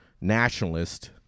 nationalist